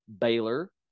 Baylor